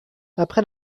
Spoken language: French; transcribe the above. après